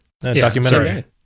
documentary